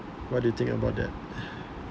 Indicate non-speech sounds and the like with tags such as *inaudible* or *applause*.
what do you think about that *noise*